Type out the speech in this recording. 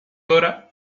dra